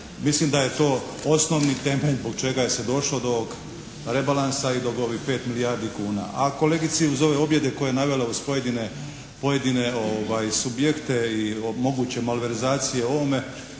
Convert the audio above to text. Mislim da je to osnovni temelj zbog čega je se došlo do ovog rebalansa i do ovih 5 milijardi kuna. A kolegici uz ove objede koje je navela uz pojedine subjekte i moguće malverzacije o ovome